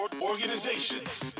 Organizations